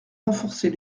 renforcer